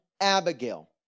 Abigail